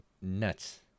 nuts